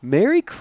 Merry